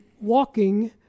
walking